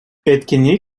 etkinliği